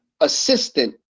assistant